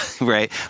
right